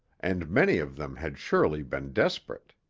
and many of them had surely been desperate.